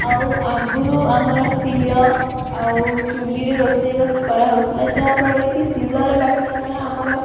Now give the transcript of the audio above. ଆଉ ଆଗରୁ ଆମର ଶୀଳ ଆଉ ଚୂଲ୍ହିରେ ରୋଷେଇବାସ କରାହେଉଥିଲା ଯାହାଫଳରେ କି ଶୀଳରେ ବାଟିବା ଦ୍ଵାରା ଆମର